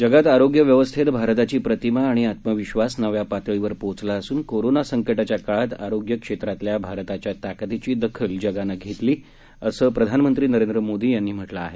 जगात आरोग्य व्यवस्थेत भारताची प्रतिमा आणि आत्मविश्वास नव्या पातळीवर पोचला असून कोरोना संकटाच्या काळात आरोग्य क्षेत्रातल्या भारताच्या ताकदीची दखल जगानं घेतली असं प्रधानमंत्री नरेंद्र मोदी यांनी म्हटलं आहे